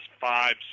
five